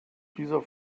dieser